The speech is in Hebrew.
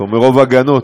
כבר מרוב הגנות,